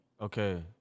Okay